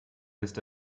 bist